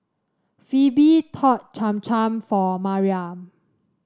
Pheobe taught Cham Cham for Mariah